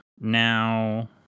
Now